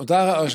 אותו ספק?